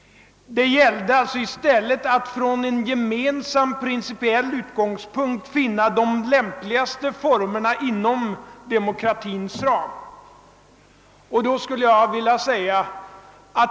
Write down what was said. Det gällde att från en gemensam principiell utgångspunkt finna de lämpligaste formerna inom demokratins ram.